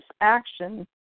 action